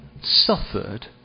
suffered